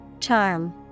Charm